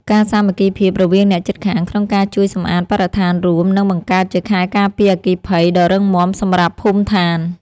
ការសាមគ្គីភាពរវាងអ្នកជិតខាងក្នុងការជួយសម្អាតបរិស្ថានរួមនឹងបង្កើតជាខែលការពារអគ្គិភ័យដ៏រឹងមាំសម្រាប់ភូមិឋាន។